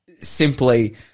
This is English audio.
simply